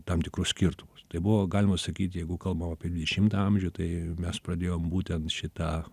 tam tikrus skirtumus tai buvo galima sakyt jeigu kalbam apie dvidešimtą amžių tai mes pradėjom būtent šitą